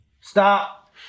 Stop